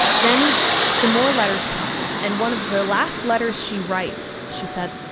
then some more letters come. and one of the last letters she writes, she says,